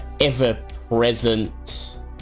ever-present